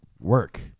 work